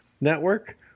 network